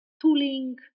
tooling